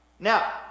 Now